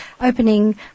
opening